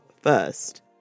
first